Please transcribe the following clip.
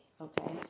okay